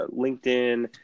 LinkedIn